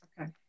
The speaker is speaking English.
Okay